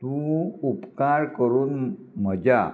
तूं उपकार करून म्हज्या